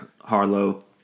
Harlow